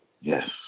Yes